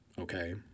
okay